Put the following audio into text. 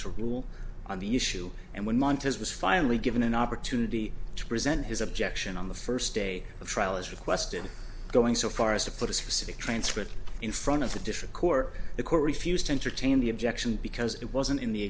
to rule on the issue and when montezuma's finally given an opportunity to present his objection on the first day of trial as requested going so far as to put a specific transcript in front of the different corps the court refused to entertain the objection because it wasn't in the